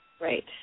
right